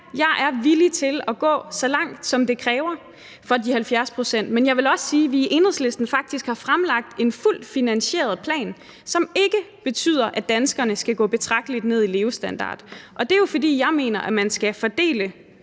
jeg er villig til at gå så langt, som det kræver, for at nå de 70 pct. Men jeg vil også sige, at vi i Enhedslisten faktisk har fremlagt en fuldt finansieret plan, som ikke betyder, at danskerne skal gå betragteligt ned i levestandard. Og det er jo, fordi jeg mener, at man skal fordele